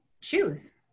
choose